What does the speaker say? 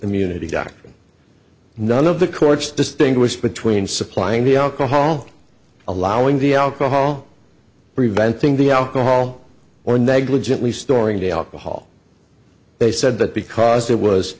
community dr none of the courts distinguish between supplying the alcohol allowing the alcohol preventing the alcohol or negligently storing the alcohol they said that because it was